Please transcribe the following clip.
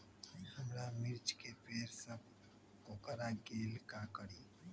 हमारा मिर्ची के पेड़ सब कोकरा गेल का करी?